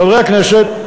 חברי הכנסת,